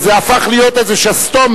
זה הפך להיות איזה שסתום,